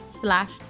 slash